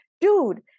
dude